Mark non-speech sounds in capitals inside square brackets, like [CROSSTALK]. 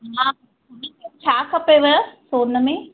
हा [UNINTELLIGIBLE] छा खपेव सोन में